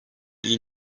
iyi